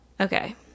Okay